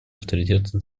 авторитета